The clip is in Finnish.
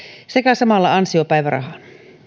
sekä samalla ansiopäivärahaan